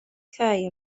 cau